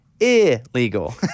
illegal